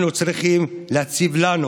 אנחנו צריכים להציב לנו